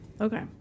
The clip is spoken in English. Okay